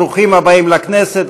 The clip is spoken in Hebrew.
ברוכים הבאים לכנסת,